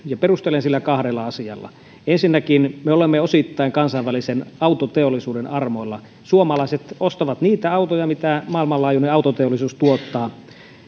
ja perustelen sitä kahdella asialla ensinnäkin me olemme osittain kansainvälisen autoteollisuuden armoilla suomalaiset ostavat niitä autoja mitä maailmanlaajuinen autoteollisuus tuottaa